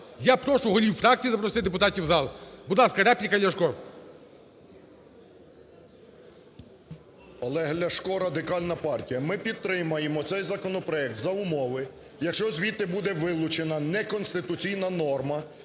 я прошу голів фракцій запросити депутатів в зал. Будь ласка, репліка Ляшко. 14:08:34 ЛЯШКО О.В. Олег Ляшко, Радикальна партія. Ми підтримаємо цей законопроект за умови, якщо звідти буде вилучена неконституційна норма